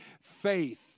faith